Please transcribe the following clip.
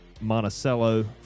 monticello